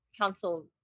council